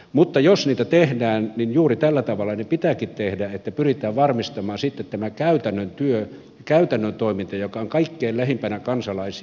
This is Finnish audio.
mutta jos niitä tehdään niin juuri tällä tavalla ne pitääkin tehdä että pyritään varmistamaan sitten tämä käytännön työ käytännön toiminta joka on kaikkein lähimpänä kansalaisia